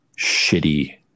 shitty